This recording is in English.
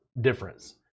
difference